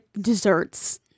desserts